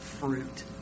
fruit